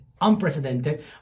unprecedented